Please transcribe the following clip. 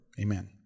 amen